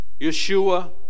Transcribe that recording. Yeshua